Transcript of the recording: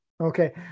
Okay